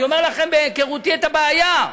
אני אומר לכם בהיכרותי את הבעיה,